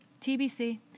tbc